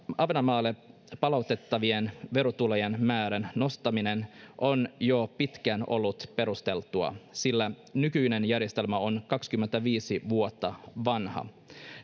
ahvenanmaalle palautettavien verotulojen määrän nostaminen on jo pitkään ollut perusteltua sillä nykyinen järjestelmä on kaksikymmentäviisi vuotta vanha